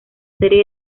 serie